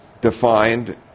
defined